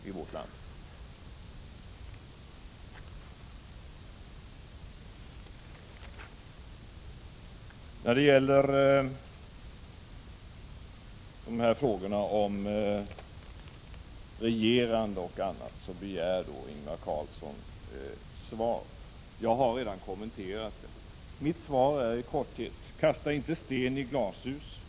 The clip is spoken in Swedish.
Ingvar Carlsson begär svar på frågorna om regerande och annat. Jag har redan kommenterat detta. Mitt svar är i korthet: Kasta inte sten i glashus!